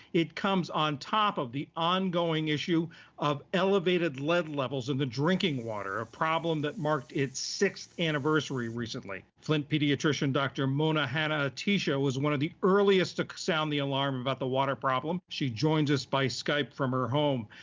it comes on top of the ongoing issue of elevated lead levels in the drinking water, a problem that marked its sixth anniversary recently. flint pediatrician dr. mona hanna-attisha was one of the earliest to ah sound the alarm about the water problem. she joins us by skype from her home.